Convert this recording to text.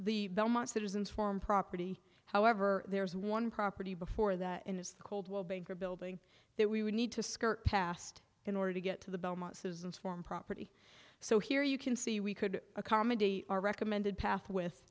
the belmont citizens farm property however there is one property before that and is the coldwell banker building that we would need to skirt past in order to get to the belmont citizens form property so here you can see we could accommodate our recommended